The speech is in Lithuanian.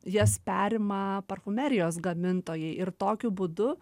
jas perima parfumerijos gamintojai ir tokiu būdu